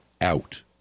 out